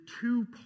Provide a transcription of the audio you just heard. two